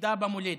בגידה במולדת.